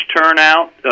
turnout